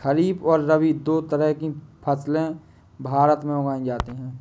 खरीप और रबी दो तरह की फैसले भारत में उगाई जाती है